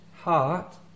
heart